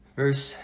verse